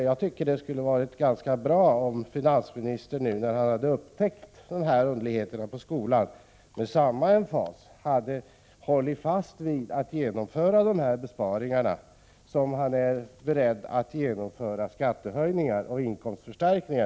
Jag tycker att det hade varit bra om finansministern, nu när han har upptäckt dessa underligheter i fråga om skolan, med samma emfas som när det gäller skattehöjningar och inkomstförstärkningar till staten, hade hållit fast vid att man skulle genomföra dessa besparingar.